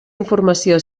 informació